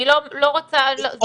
זה פחות חשוב לי להבין איך זה עובד.